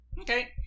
Okay